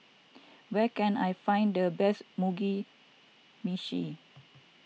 where can I find the best Mugi Meshi